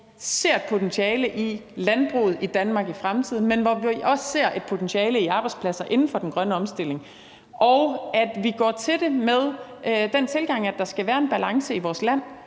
ser et potentiale i landbruget i Danmark i fremtiden, men hvor vi også ser et potentiale i arbejdspladser inden for den grønne omstilling. Og vi går til det med den tilgang, at der skal være en balance i vores land.